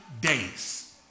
days